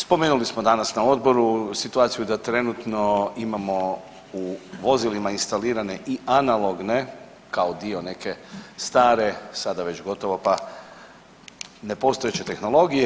Spomenuli smo danas na odboru situaciju da trenutno imamo u vozilima instalirane i analogne kao dio neke stare, sada već gotovo pa nepostojeće tehnologije.